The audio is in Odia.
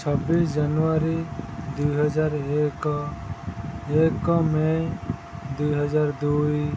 ଛବିଶ ଜାନୁଆରୀ ଦୁଇ ହଜାର ଏକ ଏକ ମେ ଦୁଇ ହଜାର ଦୁଇ